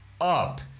up